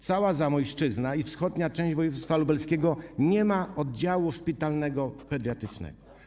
Cała Zamojszczyzna i wschodnia część województwa Lubelskiego nie ma oddziału szpitalnego pediatrycznego.